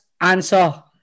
answer